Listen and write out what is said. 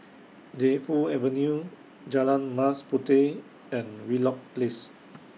Defu Avenue Jalan Mas Puteh and Wheelock Place